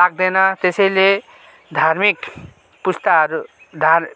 लाग्दैन त्यसैले धार्मिक पुस्ताहरू धार